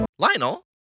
Lionel